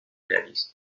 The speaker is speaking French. réaliste